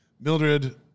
Mildred